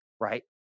Right